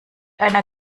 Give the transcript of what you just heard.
einer